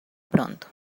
pronto